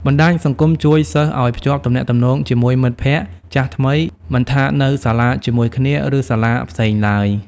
បណ្ដាញសង្គមជួយសិស្សឲ្យ ភ្ជាប់ទំនាក់ទំនងជាមួយមិត្តភក្ដិ ចាស់ថ្មី មិនថានៅសាលាជាមួយគ្នា ឬសាលាផ្សេងឡើយ។